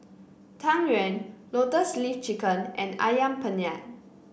Tang Yuen Lotus Leaf Chicken and ayam penyet